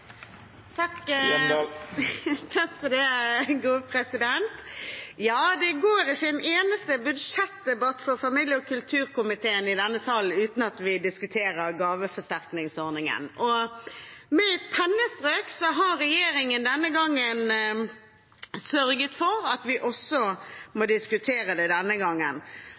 kulturkomiteen i denne salen uten at vi diskuterer gaveforsterkningsordningen, og med et pennestrøk har regjeringen sørget for at vi også må diskutere den denne gangen.